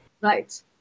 right